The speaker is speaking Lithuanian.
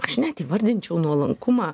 aš net įvardinčiau nuolankumą